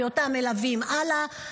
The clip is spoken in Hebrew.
כי אותם מלווים הלאה.